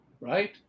right